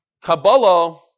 Kabbalah